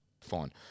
fine